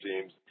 teams